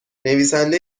نویسنده